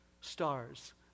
Stars